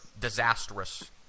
disastrous